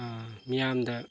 ꯃꯤꯌꯥꯝꯗ